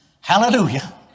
Hallelujah